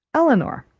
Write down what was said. elinor,